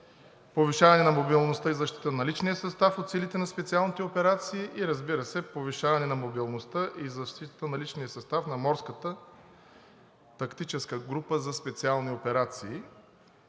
повишаване на мобилността и защита на личния състав от силите на специалните операции, и разбира се, повишаване на мобилността и защитата на личния състав на морската тактическа група за специални операции.